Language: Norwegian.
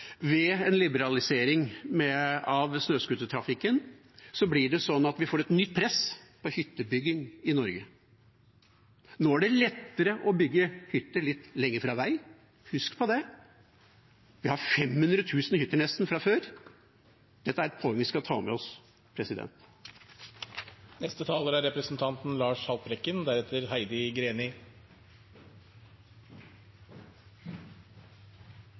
får vi et nytt press på hyttebygging i Norge. Nå er det lettere å bygge hytte litt lenger fra veien, husk på det! Vi har nesten 500 000 hytter fra før. Dette er et poeng vi skal ta med oss. Jeg må si det er